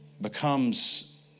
becomes